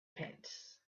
pits